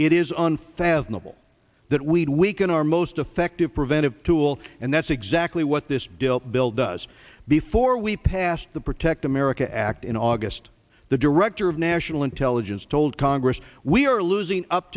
unfathomable that we'd we can our most effective preventive tool and that's exactly what this bill bill does before we passed the protect america act in august the director of national intelligence told congress we are losing up